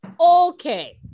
Okay